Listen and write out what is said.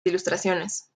ilustraciones